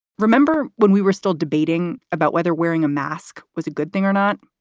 remember when we were still debating about whether wearing a mask was a good thing or not?